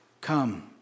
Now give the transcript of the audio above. Come